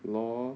L_O_L